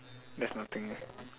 there's nothing